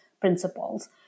principles